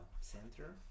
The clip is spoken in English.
center